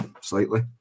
slightly